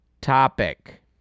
topic